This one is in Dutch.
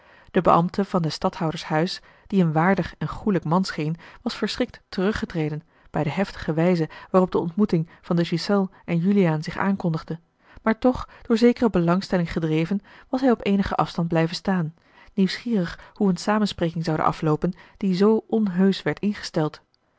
de beambte van des stadhouders huis die een waardig en goêlijk man scheen was verschrikt teruggetreden bij de heftige wijze waarop de ontmoeting van de ghiselles en juliaan zich aankondigde maar toch door zekere belangstelling gedreven was hij op eenigen afstand blijven staan nieuwsgierig hoe eene samenspreking zoude afloopen die zoo onheusch werd ingesteld